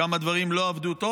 כמה דברים לא עבדו טוב.